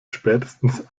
spätestens